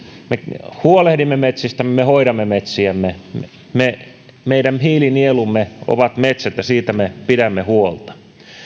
me huolehdimme metsistämme me hoidamme metsiämme meidän hiilinielumme ovat metsät ja siitä me pidämme huolta